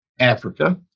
Africa